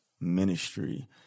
ministry